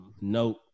Note